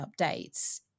updates